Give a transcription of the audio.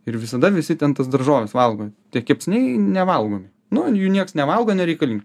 ir visada visi ten tas daržoves valgo tie kepsniai nevalgomi nu jų nieks nevalgo nereikalingi